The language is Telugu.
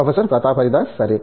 ప్రొఫెసర్ ప్రతాప్ హరిదాస్ సరే